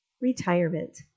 Retirement